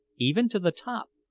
even to the top,